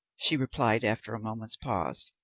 she replied after a moment's pause.